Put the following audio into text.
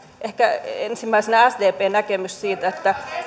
ehkä ensimmäisenä sdpn näkemys siitä